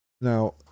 Now